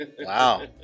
Wow